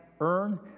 earn